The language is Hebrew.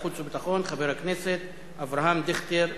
החוץ והביטחון חבר הכנסת אברהם דיכטר.